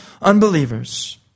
unbelievers